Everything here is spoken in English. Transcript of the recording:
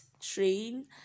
train